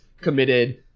committed